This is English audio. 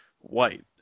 white